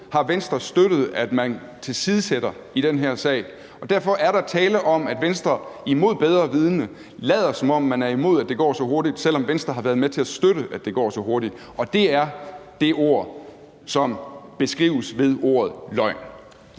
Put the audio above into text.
har Venstre støttet at man tilsidesætter i den her sag. Derfor er der tale om, at Venstre, mod bedre vidende, lader, som om man er imod, at det går så hurtigt, selv om Venstre har været med til at støtte, at det går så hurtigt. Og det er dét, som beskrives ved ordet løgn.